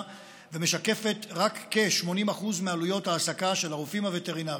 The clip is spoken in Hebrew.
ומשקפת רק כ-80% מעלויות ההעסקה של הרופאים הווטרינריים.